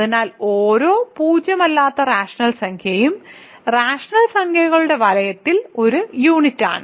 അതിനാൽ ഓരോ പൂജ്യമല്ലാത്ത റാഷണൽ സംഖ്യയും റാഷണൽ സംഖ്യകളുടെ വലയത്തിലെ ഒരു യൂണിറ്റാണ്